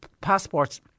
passports